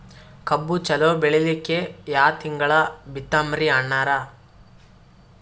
ಕಬ್ಬು ಚಲೋ ಬೆಳಿಲಿಕ್ಕಿ ಯಾ ತಿಂಗಳ ಬಿತ್ತಮ್ರೀ ಅಣ್ಣಾರ?